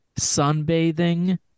sunbathing